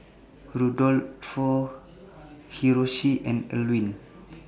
Rudolfo Hiroshi and Elwin